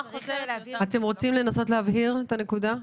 אתם רוצים לנסות להבהיר את הנקודה?